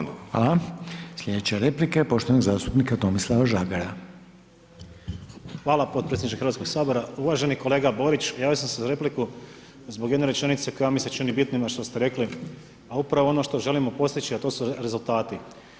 Hvala podpredsjedniče Hrvatskog sabora, uvaženi kolega Borić javio sam se za repliku zbog jedne rečenice koja mi se čini bitnim a što ste rekli, a upravo ono što želimo postići a to su rezultati.